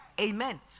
amen